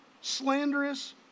slanderous